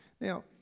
Now